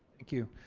thank you.